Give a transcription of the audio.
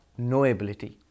knowability